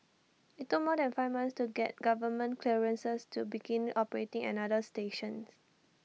IT took more than five months to get government clearances to begin operating another stations